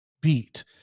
beat